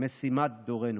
משימת דורנו.